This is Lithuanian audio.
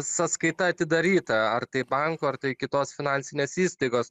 sąskaita atidaryta ar tai banko ar tai kitos finansinės įstaigos